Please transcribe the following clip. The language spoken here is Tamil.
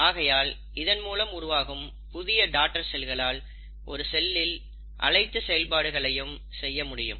ஆகையால் இதன்மூலம் உருவாகும் புதிய டாடர் செல்களால் ஒரு செல்லின் அனைத்து செயல்பாடுகளையும் செய்யமுடியும்